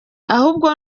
ahubwo